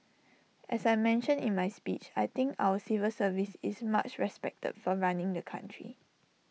as I mentioned in my speech I think our civil service is much respected for running the country